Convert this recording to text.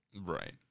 Right